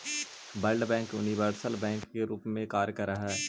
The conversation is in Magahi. वर्ल्ड बैंक यूनिवर्सल बैंक के रूप में कार्य करऽ हइ